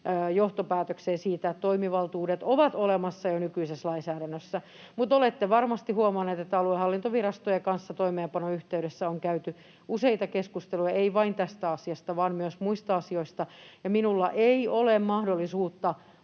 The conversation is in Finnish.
johtopäätökseen siitä, että toimivaltuudet ovat olemassa jo nykyisessä lainsäädännössä, mutta olette varmasti huomanneet, että aluehallintovirastojen kanssa toimeenpanon yhteydessä on käyty useita keskusteluja, ei vain tästä asiasta vaan myös muista asioista. Minulla ei ole mahdollisuutta